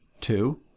two